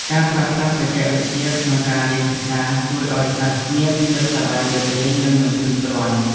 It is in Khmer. ការប្រើប្រាស់បច្ចេកវិទ្យាក្នុងការរៀនភាសាជួយឱ្យសិស្សមានភាពសប្បាយរីករាយនិងមិនធុញទ្រាន់។